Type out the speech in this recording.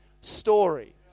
story